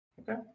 Okay